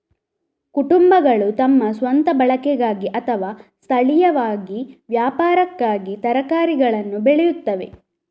ಕುಟುಂಬಗಳು ತಮ್ಮ ಸ್ವಂತ ಬಳಕೆಗಾಗಿ ಅಥವಾ ಸ್ಥಳೀಯವಾಗಿ ವ್ಯಾಪಾರಕ್ಕಾಗಿ ತರಕಾರಿಗಳನ್ನು ಬೆಳೆಯುತ್ತವೆ